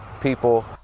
people